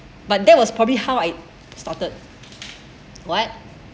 but that was probably how I started what